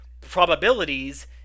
probabilities